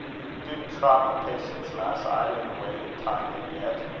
ye do try my patience, lass, idlin' awa' yer time that get.